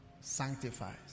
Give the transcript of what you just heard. sanctifies